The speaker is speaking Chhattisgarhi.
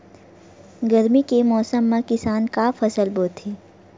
गरमी के मौसम मा किसान का फसल बोथे?